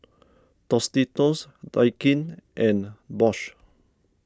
Tostitos Daikin and Bose